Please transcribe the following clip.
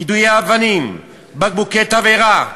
יידוי אבנים, בקבוקי תבערה.